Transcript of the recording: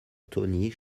tony